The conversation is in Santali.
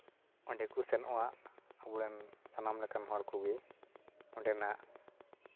ᱚᱸᱰᱮ ᱠᱚ ᱥᱮᱱᱚᱜᱼᱟ ᱟᱵᱚᱨᱮᱱ ᱥᱟᱱᱟᱢ ᱞᱮᱠᱟᱱ ᱦᱚᱲ ᱠᱚᱜᱮ ᱚᱸᱰᱮᱱᱟᱜ